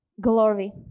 glory